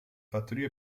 fattorie